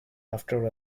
after